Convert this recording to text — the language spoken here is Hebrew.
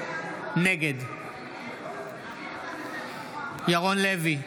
נגד ירון לוי,